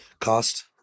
Cost